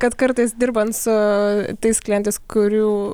kad kartais dirbant su tais klientais kurių